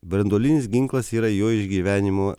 branduolinis ginklas yra jo išgyvenimo